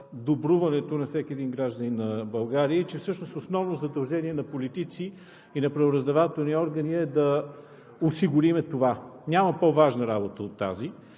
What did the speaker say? добруването на всеки един гражданин на България и всъщност основно задължение на политиците и на правораздавателните органи е да осигурим това. Няма по-важна работа от тази.